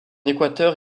équateur